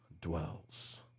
dwells